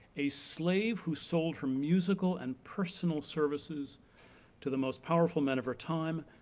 a slave who sold her musical and personal services to the most powerful men of her time,